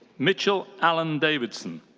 mitchell allen davidson.